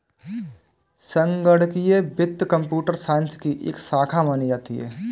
संगणकीय वित्त computer science की एक शाखा मानी जाती है